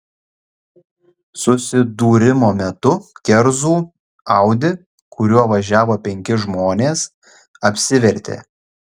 susidūrimo metu kerzų audi kuriuo važiavo penki žmonės apsivertė